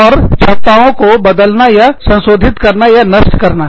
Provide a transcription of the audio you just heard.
और क्षमताओं को बदलना या संशोधित करना या नष्ट करना